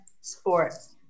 sports